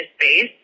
space